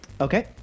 Okay